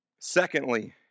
Secondly